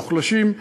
המוחלשים,